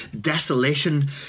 desolation